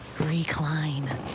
Recline